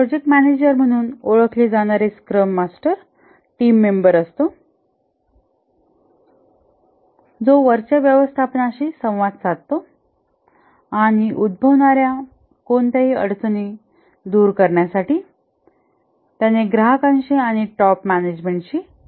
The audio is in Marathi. प्रोजेक्ट मॅनेजर म्हणून ओळखले जाणारे स्क्रम मास्टर टीम मेंबर असतो जो वरच्या व्यवस्थापनाशी संवाद साधतो आणि उद्भवणार्या कोणत्याही अडचणी दूर करण्यासाठी त्याने ग्राहकांशी आणि टॉप मॅनेजमेंटशी चर्चा केली पाहिजे